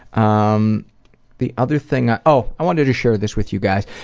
um the other thing i oh, i wanted to share this with you guys.